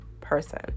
person